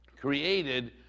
created